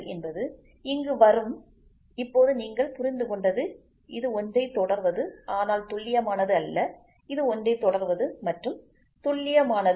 என்பது இங்கு வரும் இப்போது நீங்கள் புரிந்துகொண்டது இது ஒன்றை தொடர்வது ஆனால் துல்லியமானது அல்ல இது ஒன்றை தொடர்வது மற்றும் துல்லியமானது